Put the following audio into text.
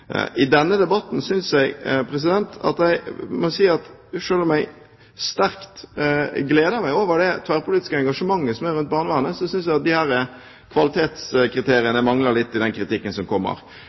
i denne debatten gleder meg stort over det tverrpolitiske engasjementet som er om barnevernet, synes jeg det mangler noen kvalitetskriterier i den kritikken som kommer.